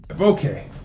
Okay